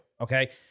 okay